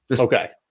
Okay